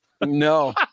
No